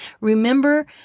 Remember